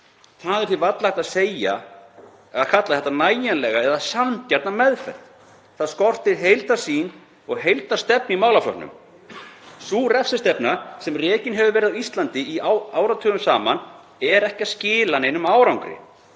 Það er því varla hægt að kalla þetta nægjanlega eða sanngjarna meðferð. Það skortir heildarsýn og heildarstefnu í málaflokknum. Sú refsistefna sem rekin hefur verið á Íslandi áratugum saman er ekki að skila neinum árangri.